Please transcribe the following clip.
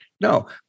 No